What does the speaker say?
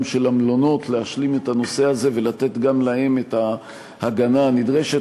של המלונות להשלים את הנושא הזה ולתת גם להם את ההגנה הנדרשת.